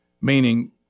Meaning